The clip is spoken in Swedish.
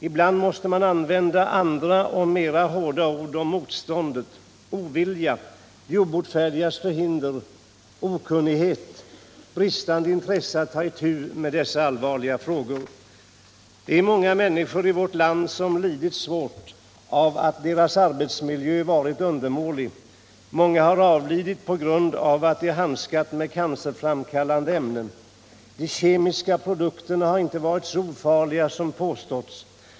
Ibland måste man använda andra och hårdare ord om motståndet: ovilja, de obotfärdigas förhinder, okunnighet, bristande intresse att ta itu med dessa allvarliga frågor. Många människor i vårt land har lidit svårt av att deras arbetsmiljö varit undermålig. Många har avlidit på grund av att de handskats med cancerframkallande ämnen. De kemiska produkterna har inte varit så ofarliga som påståtts.